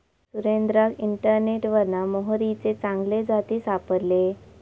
सुरेंद्राक इंटरनेटवरना मोहरीचे चांगले जाती सापडले